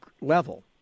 level